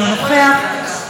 אינו נוכח,